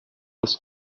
els